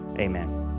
Amen